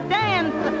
dance